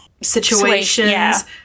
situations